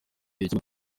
igihe